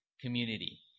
Community